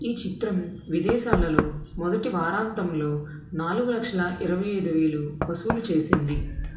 ఈ చిత్రం విదేశాలలో మొదటి వారాంతంలో నాలుగు లక్షల ఇరవై ఐదు వేలు వసూలు చేసింది